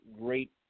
great